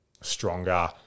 stronger